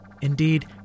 Indeed